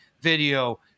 video